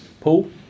Paul